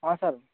ହଁ ସାର୍